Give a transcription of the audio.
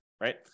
right